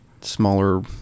smaller